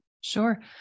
Sure